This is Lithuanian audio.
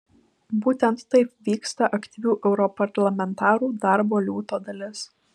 būtent taip vyksta aktyvių europarlamentarų darbo liūto dalis